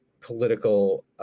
political